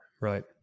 Right